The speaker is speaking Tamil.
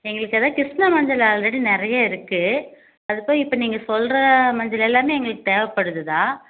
எங்களுக்கு அதுதான் கிருஷ்ணா மஞ்சள் ஆல்ரெடி நிறையா இருக்குது அது போய் இப்போ நீங்கள் சொல்கிற மஞ்சள் எல்லாமே எங்களுக்கு தேவைப்படுது தான்